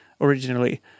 originally